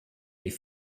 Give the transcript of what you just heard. die